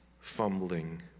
fumbling